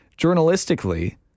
journalistically